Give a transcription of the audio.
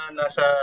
nasa